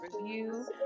review